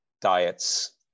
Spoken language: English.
diets